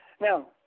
Now